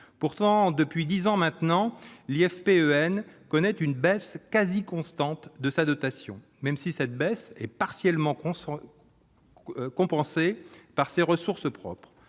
Pourtant, depuis dix ans désormais, l'IFPEN connaît une baisse quasi constante de sa dotation. Même si cette baisse est partiellement compensée par ses ressources propres,